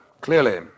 clearly